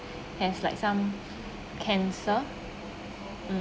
has like some cancer mm